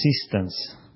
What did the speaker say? assistance